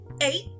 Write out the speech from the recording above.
eight